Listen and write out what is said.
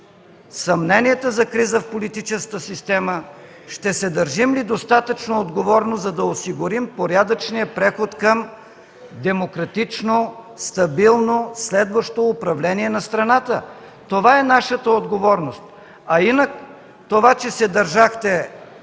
съмненията за криза в политическата система, ще се държим ли достатъчно отговорно, за да осигурим порядъчния преход към демократично, стабилно следващо управление на страната. Това е нашата отговорност. А инак, това, че се държахте